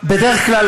בדרך כלל,